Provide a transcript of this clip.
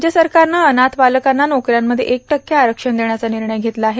राज्य सरकारनं अनाथ बालकांना नोकऱ्यांमध्ये एक टक्के आरक्षण देण्याचा निर्णय घेतला आहे